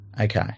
Okay